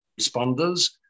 responders